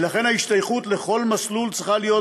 ולכן ההשתייכות לכל מסלול צריכה להיות